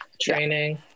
Training